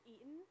eaten